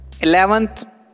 Eleventh